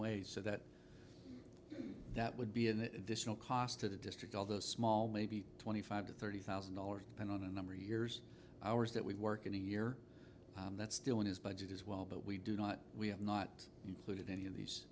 wage so that that would be an additional cost to the district although small maybe twenty five to thirty thousand dollars and on a number of years hours that we work in a year that's still in his budget as well but we do not we have not included any of these